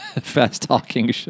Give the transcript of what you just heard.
fast-talking